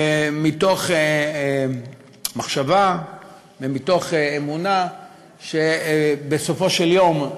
מתוך מחשבה ומתוך אמונה שבסופו של יום,